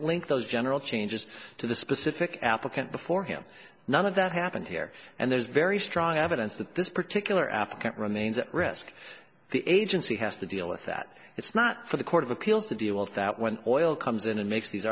link those general changes to the specific applicant before him none of that happened here and there's very strong evidence that this particular african remains at risk the agency has to deal with that it's not for the court of appeals to deal with that when oil comes in and makes these